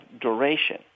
duration